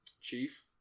chief